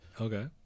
Okay